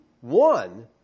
one